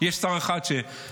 יש שר אחד שכרגיל,